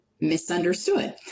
misunderstood